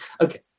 Okay